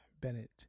Bennett